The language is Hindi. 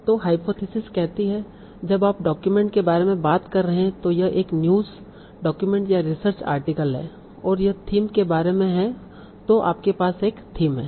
तो हाइपोथिसिस कहती है कि जब आप डॉक्यूमेंट के बारे में बात कर रहे हैं तो यह एक न्यूज़ डॉक्यूमेंट या रिसर्च आर्टिकल है और यह थीम के बारे में है तों आपके पास एक थीम है